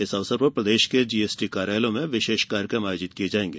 इस अवसर पर प्रदेष के जीएसटी कार्यालयों में विशेष कार्यक्रम आयोजित किये जायेंगे